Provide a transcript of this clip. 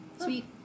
Sweet